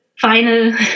final